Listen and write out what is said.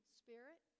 spirit